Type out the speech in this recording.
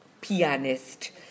pianist